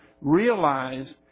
realize